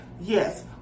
yes